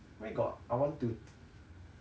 where got I want to